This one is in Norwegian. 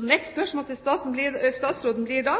Mitt spørsmål til statsråden blir da: